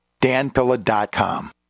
danpilla.com